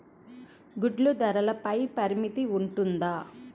గుడ్లు ధరల పై పరిమితి ఉంటుందా?